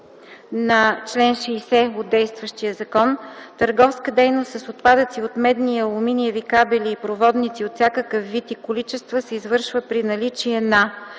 на чл. 60 от действащия закон – „Търговска дейност с отпадъци от медни и алуминиеви кабели и проводници от всякакъв вид и количества се извършва при наличие на: